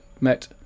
met